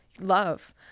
love